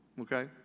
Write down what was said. okay